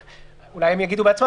אולי הם יגידו בעצמם.